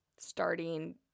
starting